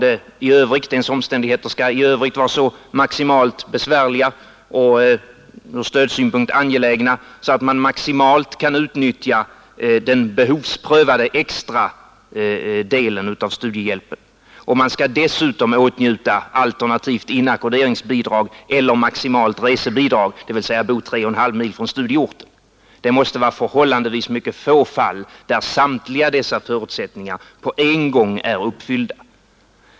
Ens omständigheter i övrigt skall vara så besvärliga och från stödsynpunkt så angelägna att man maximalt kan utnyttja den behovsprövade extra delen av studiehjälpen. Man skall dessutom åtnjuta inackorderingsbidrag, alternativt maximalt resebidrag, dvs. bo 3,5 mil från studieorten. Det måste vara ytterst få fall, där samtliga dessa förutsättningar på en gång är uppfyllda.